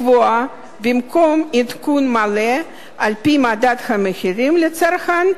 לקבוע במקום עדכון מלא על-פי מדד המחירים לצרכן,